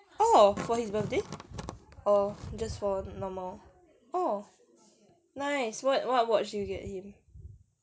oh for his birthday or just for normal oh nice what what watch did you get him